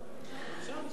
עכשיו זה.